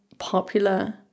popular